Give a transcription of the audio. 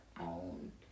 own